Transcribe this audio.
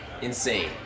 Insane